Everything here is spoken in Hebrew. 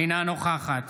אינה נוכחת